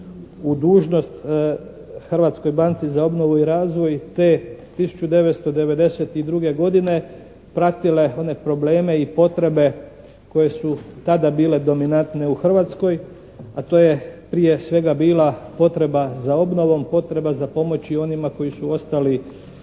u dužnost Hrvatskoj banci za obnovu i razvoj te 1992. godine pratile one probleme i potrebe koje su tada bile dominantne u Hrvatskoj, a to je prije svega bila potreba za obnovom, potreba za pomoći onima koji su ostali